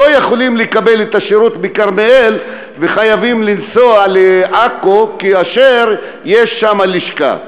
לא יכולים לקבל את השירות בכרמיאל וחייבים לנסוע לעכו כאשר יש שם לשכה?